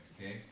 okay